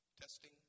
Testing